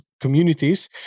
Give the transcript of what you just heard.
communities